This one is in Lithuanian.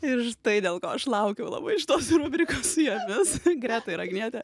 ir štai dėl ko aš laukiau labai šitos rubrikos su jumis greta ir agniete